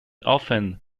often